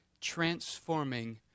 transforming